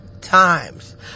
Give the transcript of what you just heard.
times